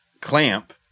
clamp